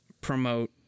promote